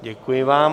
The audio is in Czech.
Děkuji vám.